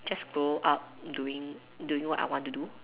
just grow up doing doing what I want to do